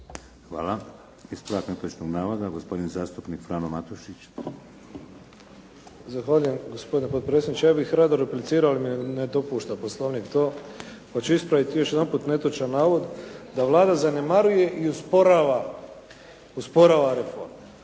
Hvala. Ispravak netočnog navoda gospodin zastupnik Frano Matušić. **Matušić, Frano (HDZ)** Zahvaljujem gospodine potpredsjedniče, ja bih rado replicirao, ali mi ne dopušta Poslovnik to, pa ću ispraviti još jedanput netočan navod da Vlada zanemaruje i usporava reforme.